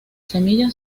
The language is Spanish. semillas